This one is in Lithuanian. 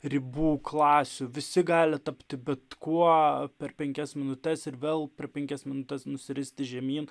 ribų klasių visi gali tapti bet kuo per penkias minutes ir vėl per penkias minutes nusiristi žemyn